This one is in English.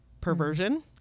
perversion